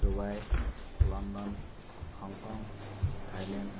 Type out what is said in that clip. Dubai London Hong Kong Thailand